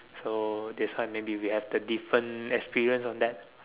so that's why maybe we have the different experience on that